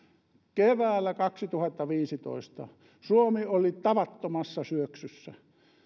keväällä kaksituhattaviisitoista suomi oli tavattomassa syöksyssä